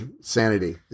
sanity